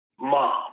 mom